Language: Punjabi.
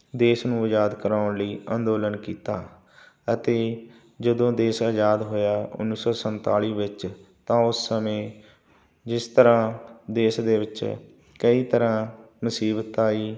ਦੇਸ਼ ਨੂੰ ਆਜ਼ਾਦ ਕਰਵਾਉਣ ਲਈ ਅੰਦੋਲਨ ਕੀਤਾ ਅਤੇ ਜਦੋਂ ਦੇਸ਼ ਆਜ਼ਾਦ ਹੋਇਆ ਉੱਨੀ ਸੌ ਸੰਤਾਲੀ ਵਿੱਚ ਤਾਂ ਉਸ ਸਮੇਂ ਜਿਸ ਤਰ੍ਹਾਂ ਦੇਸ਼ ਦੇ ਵਿੱਚ ਕਈ ਤਰ੍ਹਾਂ ਮੁਸੀਬਤ ਆਈ